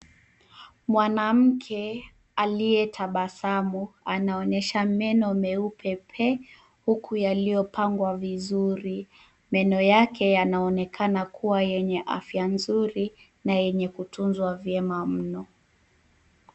Mwanamke aliyetabasamu anaonyesha meno meupe pe yaliyopangwa vizuri. Meno yake yanaonekana kuwa yenye afya nzuri na yenye kutunzwa vyema mno.